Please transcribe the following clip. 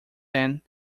ten